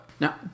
Now